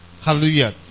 Hallelujah